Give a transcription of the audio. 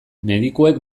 medikuek